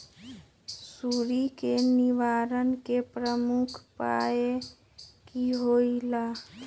सुडी के निवारण के प्रमुख उपाय कि होइला?